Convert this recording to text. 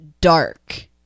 dark